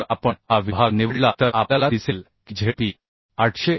जर आपण हा विभाग निवडला तर आपल्याला दिसेल की Zp 851